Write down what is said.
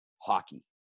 hockey